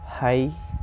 Hi